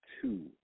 two